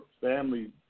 family